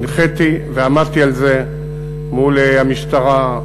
הנחיתי ועמדתי על זה מול המשטרה,